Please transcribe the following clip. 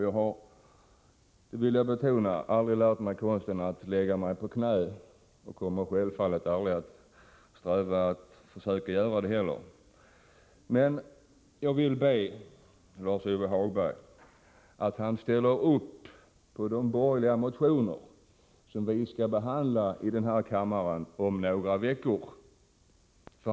Jag vill betona att jag aldrig lärt mig konsten att lägga mig på knä och att jag självfallet heller aldrig kommer att sträva efter att göra det, men jag vill be Lars-Ove Hagberg att han ställer upp på de borgerliga motioner som vi skall behandla i den här kammaren om några veckor.